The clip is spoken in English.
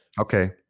Okay